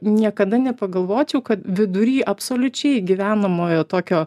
niekada nepagalvočiau kad vidury absoliučiai gyvenamojo tokio